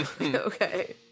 Okay